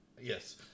yes